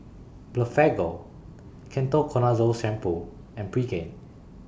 Blephagel Ketoconazole Shampoo and Pregain